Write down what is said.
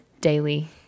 daily